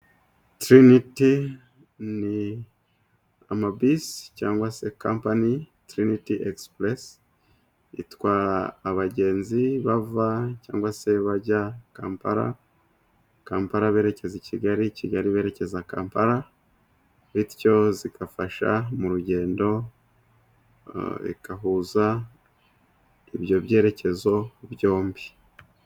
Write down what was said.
Tiriniti ni amabisi cyangwa se kampani Tiriniti egisipuresi, itwara abagenzi bava cyangwa se bajya Kampala, Kampala berekeza i kigali, i kigali berekeza Kampala, bityo zigafasha mu rugendo zigahuza ibyo byerekezo byombi.